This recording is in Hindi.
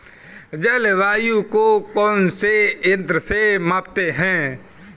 जलवायु को कौन से यंत्र से मापते हैं?